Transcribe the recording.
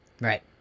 Right